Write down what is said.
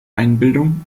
einbildung